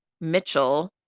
mitchell